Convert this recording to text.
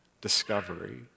discovery